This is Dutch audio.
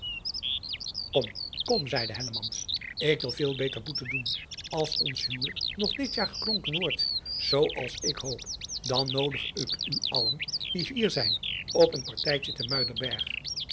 om kom zeide ik wil veel beter boete doen ls ons huwelijk nog dit jaar geklonken wordt zoo als ik hoop dan noodig ik u allen die hier zijn op een partijtje